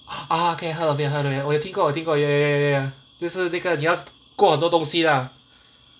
ah okay I heard of it heard of it 我有听过我有听过 ah ya ya ya ya 就是那个你要过很多东西 lah